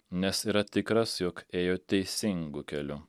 nes yra tikras jog ėjo teisingu keliu